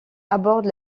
aborde